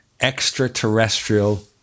extraterrestrial